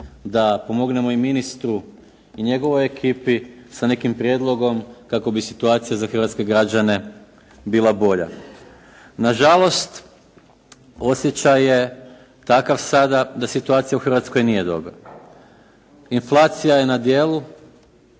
da pomognemo i ministru i njegovoj ekipi sa nekim prijedlogom kako bi situacija za hrvatske građane bila bolja. Na žalost, osjećaj je takav sada da situacija u Hrvatskoj nije dobra. Inflacija je na djelu.